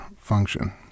function